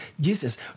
Jesus